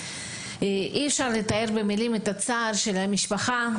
אי אפשר לתאר במילים את הצער של המשפחה,